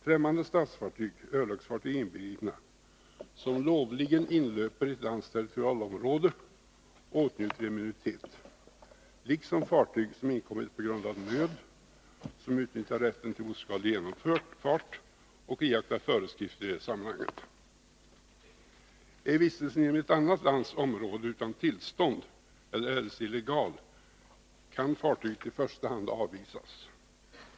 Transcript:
Främmande statsfartyg, örlogsfartyg inbegripna, som lovligen inlöper i ett lands territorialområde, åtnjuter immunitet, liksom fartyg som inkommit på grund av nöd eller som utnyttjar rätt till oskadlig genomfart och iakttar föreskrifter i det sammanhanget. Är vistelsen inom ett annat lands område utan tillstånd eller eljest illegal, kan fartyget i första hand avvisas.